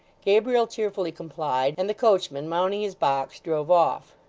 gabriel cheerfully complied, and the coachman mounting his box drove off.